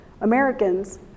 Americans